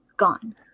Gone